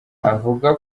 avuga